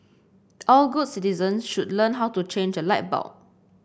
all good citizen should learn how to change a light bulb